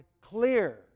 clear